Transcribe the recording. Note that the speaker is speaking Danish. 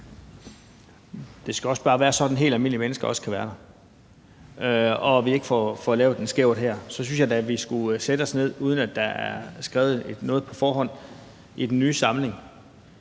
Det skal også bare være sådan, at helt almindelige mennesker også kan være der, og at vi ikke får lavet en skævert her. Jeg synes da, at vi skulle sætte os ned, uden at der er skrevet noget på forhånd, i den nye samling